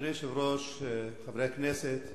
אדוני היושב-ראש, חברי הכנסת,